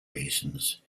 reasons